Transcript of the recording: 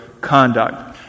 conduct